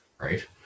right